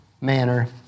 manner